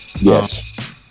Yes